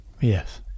Yes